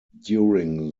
during